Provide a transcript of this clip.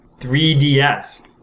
3DS